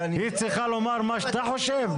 היא צריכה לומר מה שאתה חושב?